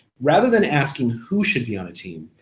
rather than asking who should be on a team,